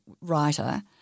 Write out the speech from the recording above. writer